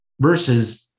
versus